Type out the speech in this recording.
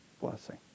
blessing